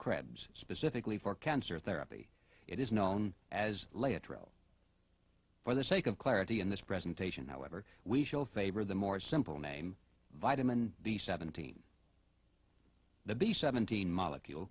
krebs specifically for cancer therapy it is known as lay a trail for the sake of clarity in this presentation however we show favor of the more simple name vitamin b seventeen the b seventeen molecule